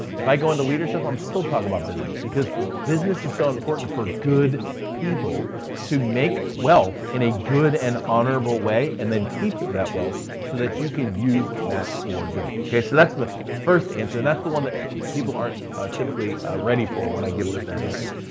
if i go into leadership, i'm still talking about business because business is so important for good people to make wealth in a good and honorable honorable way and then keep that wealth so that you can use that for good. okay, so that's the first answer. and that's the one that people are typically ready for when i give them that answer.